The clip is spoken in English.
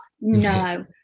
No